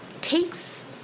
takes